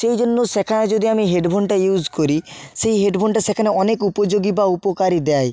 সেই জন্য সেখানে যদি আমি হেডফোনটা ইউস করি সেই হেডফোনটা সেখানে অনেক উপযোগী বা উপকারে দেয়